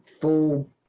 full